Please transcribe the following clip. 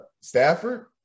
Stafford